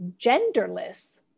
genderless